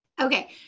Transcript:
Okay